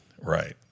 Right